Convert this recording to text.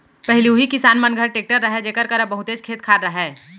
पहिली उही किसान मन घर टेक्टर रहय जेकर करा बहुतेच खेत खार रहय